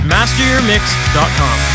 MasterYourMix.com